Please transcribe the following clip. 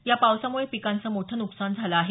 या पावसामुळे पिकांचं मोठं नुकसान झालं आहे